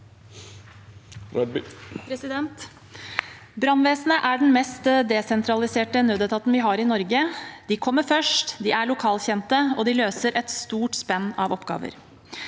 Brannvesenet er den mest desentraliserte nødetaten vi har i Norge. De kommer først, de er lokalkjente, og de løser et stort spenn av oppgaver.